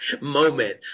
Moment